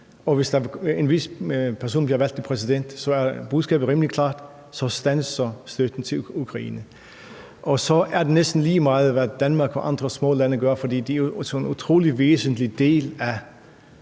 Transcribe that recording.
hvis en vis person bliver valgt som præsident, er budskabet rimelig klart: Så standser støtten til Ukraine. Og så er det næsten lige meget, hvad Danmark og andre små lande gør, fordi en så utrolig væsentlig del af